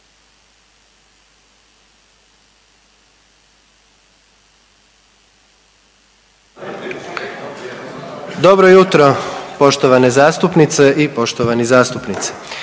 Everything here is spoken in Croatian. Dobro jutro poštovane zastupnice i poštovani zastupnici.